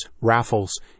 raffles